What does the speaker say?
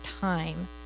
time